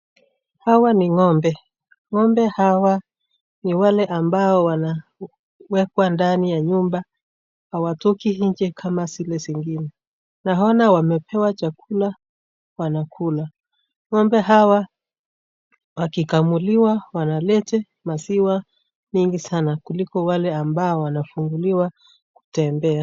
Hawa ni ng'ombe. Ng'ombe hawa ni wale ambao wanawekwa ndani ya nyumba, hawatoki nje kama zile zingine. Naona wamepewa chakula wanakula. Ng'ombe hawa wakikamuliwa wanalete maziwa nyingi sana kuliko wale ambao wanafunguliwa kutembea.